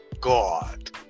God